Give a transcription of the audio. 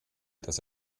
dass